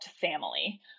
family